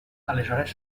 aleshores